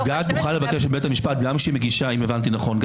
אם הבנתי נכון,